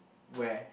where